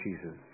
Jesus